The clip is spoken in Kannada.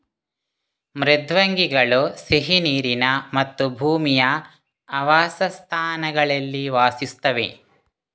ಮೃದ್ವಂಗಿಗಳು ಸಿಹಿ ನೀರಿನ ಮತ್ತು ಭೂಮಿಯ ಆವಾಸಸ್ಥಾನಗಳಲ್ಲಿ ವಾಸಿಸುತ್ತವೆ